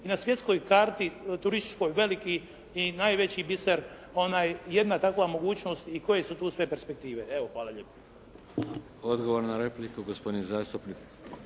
i na svjetskoj karti turističkoj veliki i najveći biser onaj, jedna takva mogućnost i koje su tu sve perspektive. Evo hvala lijepo. **Šeks, Vladimir (HDZ)** Odgovor na repliku gospodin zastupnik